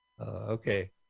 Okay